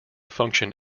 function